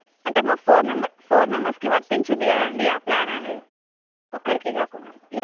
అంటే మా ఫో ఫోర్ మెంబర్ మెంబర్స్కి వర్తించుద్ది కదండి ఆ ప్లాన్ అనేది ఒక్కరికి కాకుండా యా